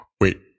Wait